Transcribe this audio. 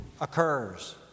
occurs